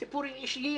סיפורים אישיים